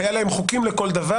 היו להם חוקים לכל דבר,